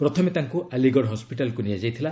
ପ୍ରଥମେ ତାଙ୍କୁ ଆଲିଗଡ଼ ହସ୍କିଟାଲକୁ ନିଆଯାଇଥିଲା